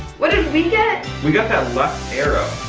what did we get? we got that left arrow,